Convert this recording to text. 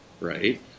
right